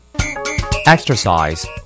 Exercise